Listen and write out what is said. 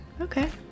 Okay